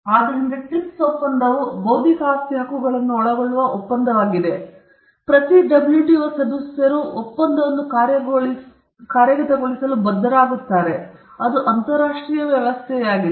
ಆದ್ದರಿಂದ TRIPS ಒಪ್ಪಂದವು ಬೌದ್ಧಿಕ ಆಸ್ತಿ ಹಕ್ಕುಗಳನ್ನು ಒಳಗೊಳ್ಳುವ ಒಪ್ಪಂದವಾಗಿದೆ ಮತ್ತು ಪ್ರತಿ WTO ಸದಸ್ಯರು ಒಪ್ಪಂದವನ್ನು ಕಾರ್ಯಗತಗೊಳಿಸಲು ಬದ್ಧರಾಗಿರುತ್ತಾರೆ ಏಕೆಂದರೆ ಅದು ಅಂತರರಾಷ್ಟ್ರೀಯ ವ್ಯವಸ್ಥೆಯಾಗಿದೆ